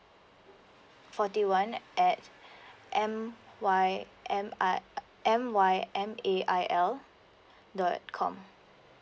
forty one at m y m i m y m a i l dot com